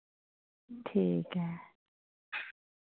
ठीक ऐ